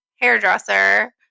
hairdresser